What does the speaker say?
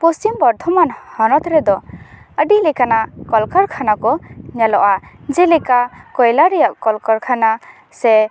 ᱯᱚᱪᱷᱤᱢ ᱵᱚᱨᱫᱷᱚᱢᱟᱱ ᱦᱚᱱᱚᱛ ᱨᱮᱫᱚ ᱟᱹᱰᱤ ᱞᱮᱠᱟᱱᱟᱜ ᱠᱚᱞ ᱠᱟᱨᱠᱷᱟᱱᱟ ᱠᱚ ᱧᱮᱞᱚᱜᱼᱟ ᱡᱮᱞᱮᱠᱟ ᱠᱚᱭᱞᱟ ᱨᱮᱭᱟᱜ ᱠᱚᱞ ᱠᱟᱨᱠᱷᱟᱱᱟ ᱥᱮ